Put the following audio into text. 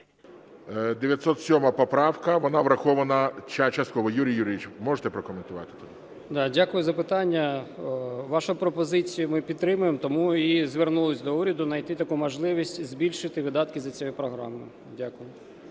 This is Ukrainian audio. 907 поправка, вона врахована частково. Юрій Юрійович, можете прокоментувати? 10:41:33 АРІСТОВ Ю.Ю. Дякую за питання. Вашу пропозицію ми підтримуємо, тому і звернулися до уряду знайти таку можливість і збільшити видатки за цією програмою. Дякую.